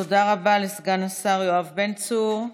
תודה רבה לסגן השר יואב בן צור.